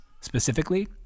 Specifically